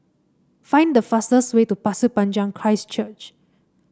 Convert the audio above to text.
find the fastest way to Pasir Panjang Christ Church